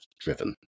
driven